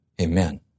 Amen